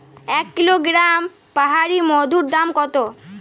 এক কিলোগ্রাম পাহাড়ী মধুর দাম কত?